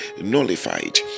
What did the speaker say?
nullified